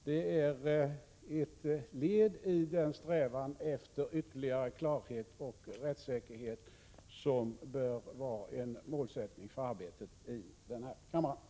Det är ett led i den strävan efter ytterligare klarhet och rättssäkerhet som bör vara ett mål för arbetet i denna kammare.